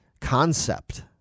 concept